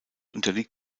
unterliegt